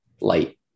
Light